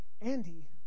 Andy